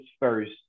first